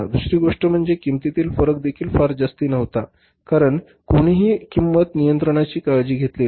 दुसरी गोष्ट म्हणजे किंमतीतील फरक देखील फार जास्ती नव्हता कारण कोणीही किंमत नियंत्रणाची काळजी घेतली नाही